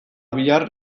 bihar